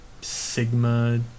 sigma